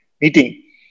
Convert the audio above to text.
meeting